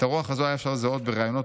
את הרוח הזו היה אפשר לזהות בראיונות